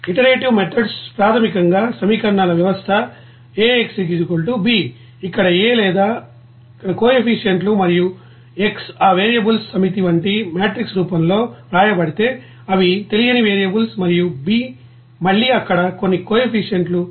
ఇటురటివ్ methods ప్రాథమికంగా సమీకరణాల వ్యవస్థ AX b ఇక్కడ A లేదా ఇక్కడ కోఎఫీషియంట్లు మరియు X ఆ వేరియబుల్స్ సమితి వంటి మ్యాట్రిక్స్ రూపంలో వ్రాయబడితే అవి తెలియని వేరియబుల్స్ మరియు b మళ్లీ అక్కడ కొన్ని కోఎఫీషియంట్లు